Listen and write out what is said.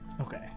Okay